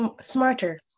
smarter